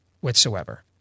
whatsoever